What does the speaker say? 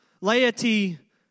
Laity